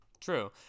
True